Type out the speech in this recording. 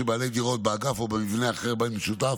בעלי דירות באגף או במבנה אחר בבית המשותף